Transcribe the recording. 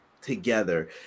together